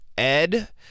Ed